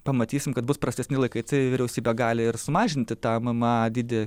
pamatysim kad bus prastesni laikai tai vyriausybė gali ir sumažinti tą mma dydį